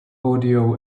audio